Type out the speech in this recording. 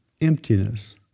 emptiness